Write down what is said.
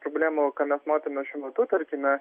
problema ką mes matome šiuo metu tarkime